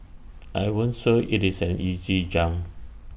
I won't say IT is an easy jump